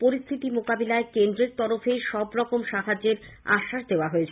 পরিস্হিতি মোকাবিলায় কেন্দ্রের তরফে সবরকম সাহায্যের আশ্বাস দেওয়া হয়েছে